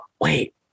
wait